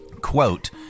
quote